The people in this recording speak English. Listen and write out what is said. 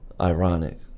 ironic